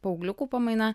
paaugliukų pamaina